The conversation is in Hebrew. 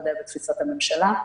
ודאי בתפיסת הממשלה.